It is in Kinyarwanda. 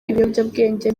ibiyobyabwenge